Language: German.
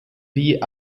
die